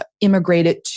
immigrated